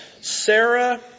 Sarah